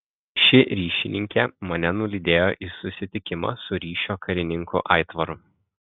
ši ryšininkė mane nulydėjo į susitikimą su ryšio karininku aitvaru